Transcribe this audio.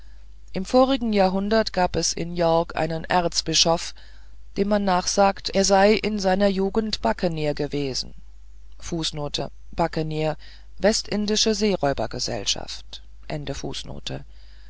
im vorigen jahrhundert gab es in york einen erzbischof dem man nachsagt er sei in seiner jugend bucanierbucanier westindische seeräuber gesellschaft